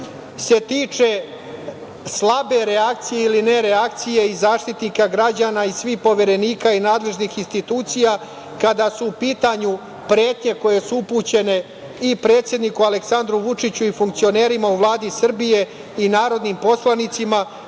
se tiče slabe reakcije ili ne reakcije i Zaštitnika građana i svih poverenika i nadležnih institucija, kada su u pitanju pretnje koje su upućene i predsedniku Aleksandru Vučiću i funkcionerima u Vladi Srbije i narodnim poslanicima